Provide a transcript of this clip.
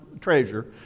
treasure